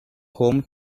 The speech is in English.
home